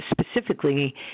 specifically